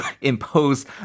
impose